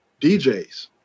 DJs